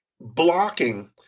blocking